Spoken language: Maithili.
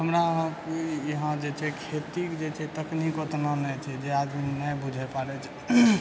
हमरा अहाँ यहाँ जे छै खेतीके जे छै तकनीक ओतना नहि छै जे आदमी नहि बुझय पड़ैत छै